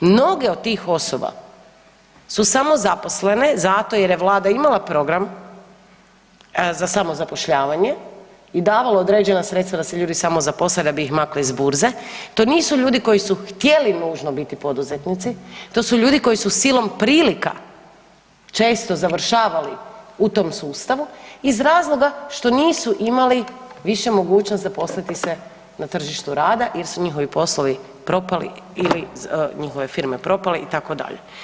Mnoge od tih osoba su samozaposlene zato jer je Vlada imala program za samozapošljavanje i davala određena sredstva da se ljudi samozaposle da bih ih makli s burze, to nisu ljudi koji su htjeli nužno biti poduzetnici, to su ljudi koji su silom prilika često završavali u tom sustavu iz razloga što nisu imali više mogućnost zaposliti se na tržištu rada jer su njihovi poslovi propali ili njihove firme propale itd.